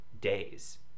days